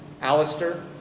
Alistair